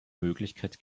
möglichkeit